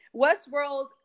Westworld